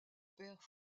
pères